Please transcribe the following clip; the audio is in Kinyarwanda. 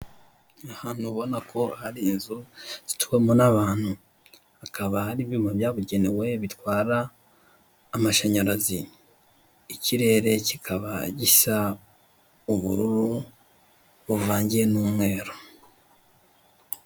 Ahantu ubonako hari inzu zituwemo n'abantu hakaba hari ibyuma byabugenewe bitwara amashanyarazi, ikirere kikaba gisa ubururu buvangiye n'umweru.